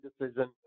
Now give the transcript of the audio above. decision